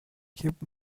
keep